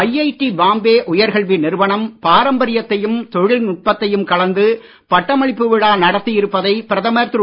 IIT Bombay உயர்கல்வி நிறுவனம் பாரம்பரியத்தையும் தொழில்நுட்பத்தையும் கலந்து பட்டமளிப்பு விழா நடத்தி இருப்பதை பிரதமர் திரு